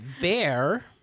bear